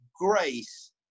grace